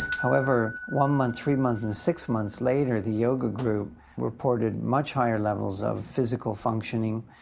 however, one month three months and six months later the yoga group reported much higher levels of physical functioning,